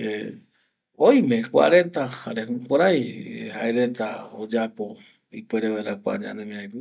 oime kua reta jare jukurai jae reta oyapo ipuere vaera kua ñanemiari pipe